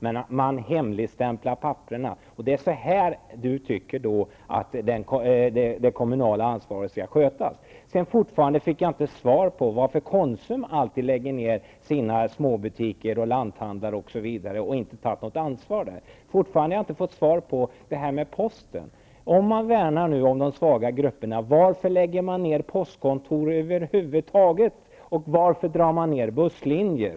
Man hemligstämplade papperen. Det är så Sonia Karlsson tycker att det kommunala ansvaret skall skötas. Jag har fortfarande inte fått något svar på varför Konsum alltid lägger ner småbutiker, lanthandlar osv. och inte har tagit något ansvar. Jag har inte heller fått svar på min fråga om posten. Om man nu värnar om de svaga grupperna, varför lägger man då ner postkontor och varför drar man in busslinjer?